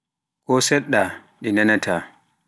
ko seɗɗa ɗi nanaata.